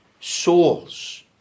souls